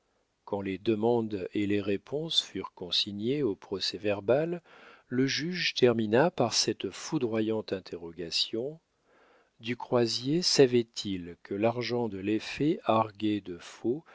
quand les demandes et les réponses furent consignées au procès-verbal le juge termina par cette foudroyante interrogation du croisier savait-il que l'argent de l'effet argué de faux